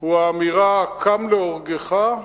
הוא האמירה: הקם להורגך,